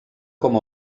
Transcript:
com